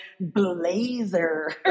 blazer